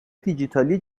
دیجیتالی